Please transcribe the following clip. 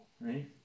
Right